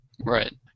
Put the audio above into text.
Right